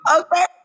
Okay